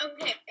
Okay